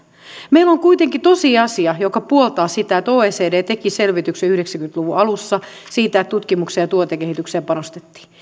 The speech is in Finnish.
meillä on kuitenkin tosiasia joka puoltaa sitä oecd teki selvityksen yhdeksänkymmentä luvun alussa siitä että tutkimukseen ja tuotekehitykseen panostettiin